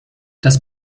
das